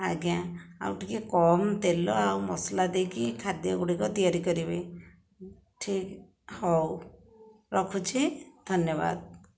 ଆଜ୍ଞା ଆଉ ଟିକିଏ କମ୍ ତେଲ ଆଉ ମସଲା ଦେଇକି ଖାଦ୍ୟଗୁଡ଼ିକ ତିଆରି କରିବେ ଠିକ୍ ହେଉ ରଖୁଛି ଧନ୍ୟବାଦ